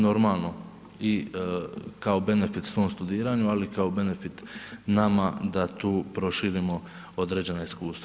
Normalno i kao benefit svom studiranju, ali kao benefit nama da tu proširimo određena iskustva.